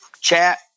chat